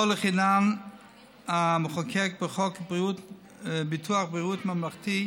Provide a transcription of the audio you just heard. לא לחינם המחוקק, בחוק ביטוח בריאות ממלכתי,